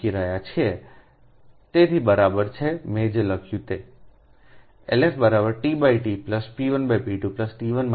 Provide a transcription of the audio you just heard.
લખી રહ્યા છીએ તેથી બરાબર છે મેં જે લખ્યું તે LF t T p1p2 T